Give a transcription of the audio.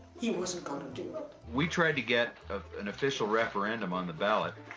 he wasn't gonna do it. we tried to get an official referendum on the ballot.